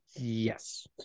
Yes